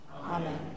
Amen